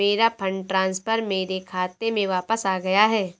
मेरा fund transfer मेरे खाते में वापस आ गया है